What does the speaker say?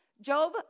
Job